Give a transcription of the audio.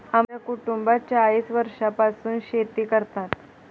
आमच्या कुटुंबात चाळीस वर्षांपासून शेती करतात